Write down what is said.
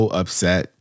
upset